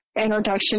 introduction